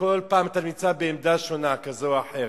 וכל פעם אתה נמצא בעמדה שונה, כזאת או אחרת,